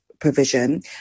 provision